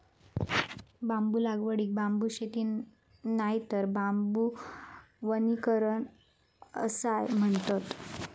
बांबू लागवडीक बांबू शेती नायतर बांबू वनीकरण असाय म्हणतत